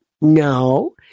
No